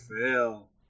fail